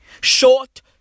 short